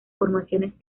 formaciones